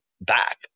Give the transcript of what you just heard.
back